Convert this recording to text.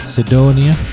Sidonia